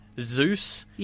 Zeus